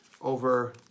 over